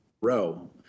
row